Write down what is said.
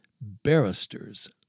barristers